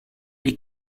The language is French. les